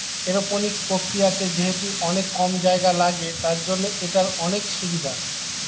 aeroponics প্রক্রিয়াতে যেহেতু অনেক কম জায়গা লাগে, তার জন্য এটার অনেক সুভিধা